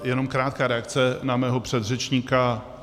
Jenom krátká reakce na mého předřečníka.